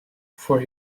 for